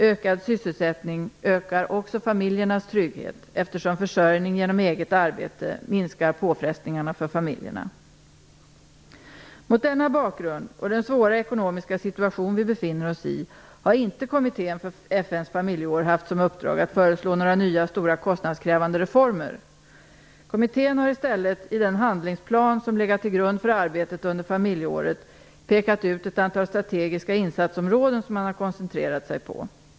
Ökad sysselsättning ökar också familjernas trygghet, eftersom försörjning genom eget arbete minskar påfrestningarna för familjerna. Mot denna bakgrund, och den svåra ekonomiska situation vi befinner oss i, har inte kommittén för FN:s familjeår haft som uppdrag att föreslå några nya stora kostnadskrävande reformer. Kommittén har i stället i den handlingsplan som legat till grund för arbetet under familjeåret pekat ut ett antal strategiska insatsområden som man har koncentrerat sig på.